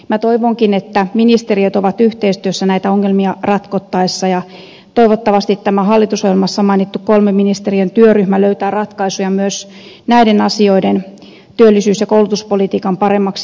minä toivonkin että ministeriöt ovat yhteistyössä näitä ongelmia ratkottaessa ja toivottavasti tämä hallitusohjelmassa mainittu kolmen ministeriön työryhmä löytää ratkaisuja myös näiden asioiden työllisyys ja koulutuspolitiikan paremmaksi yhteensovittamiseksi